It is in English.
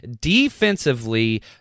defensively